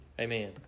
Amen